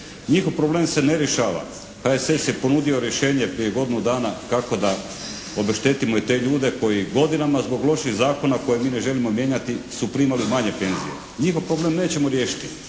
Njihov problem se ne rješava. HSS je ponudio rješenje prije godinu dana kako da obeštetimo i te ljude koji godinama zbog loših zakona koje mi ne želimo mijenjati su primali manje penzije. Njihov problem nećemo riješiti.